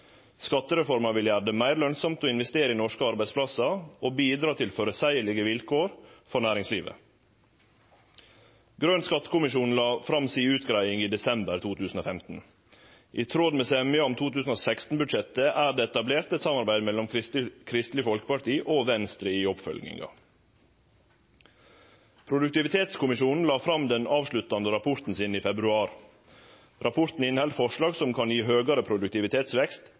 Skattereforma vil gjere det meir lønnsamt å investere i norske arbeidsplassar og bidra til føreseielege vilkår for næringslivet. Grøn skattekommisjon la fram si utgreiing i desember 2015. I tråd med semja om 2016-budsjettet er det etablert eit samarbeid med Kristeleg Folkeparti og Venstre i oppfølginga. Produktivitetskommisjonen la fram den avsluttande rapporten sin i februar. Rapporten inneheld forslag som kan gi høgare produktivitetsvekst